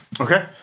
Okay